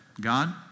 God